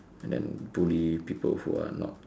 and then bully people who are not